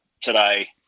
today